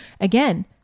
again